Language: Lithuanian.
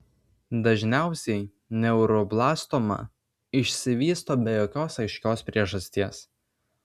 dažniausiai neuroblastoma išsivysto be jokios aiškios priežasties